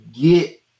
get